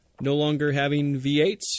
no-longer-having-V8s